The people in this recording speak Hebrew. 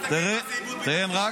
תסתכל מה זה איבוד ביטחון.